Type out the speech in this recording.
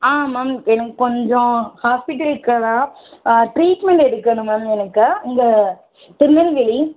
ஆ ma'am எனக்கு கொஞ்சம் ஹாஸ்பிட்டலுக்கு தான் டிரீட்மெண்ட் எடுக்கணும் மேம் எனக்கு இங்கே திருநெல்வேலி